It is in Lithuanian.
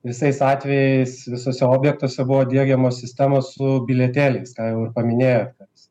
visais atvejais visuose objektuose buvo diegiamos sistemos su bilietėliais ką jau ir paminėjote